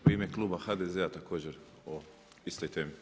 U ime Kluba HDZ-a također o istoj temi.